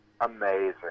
amazing